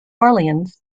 orleans